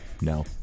no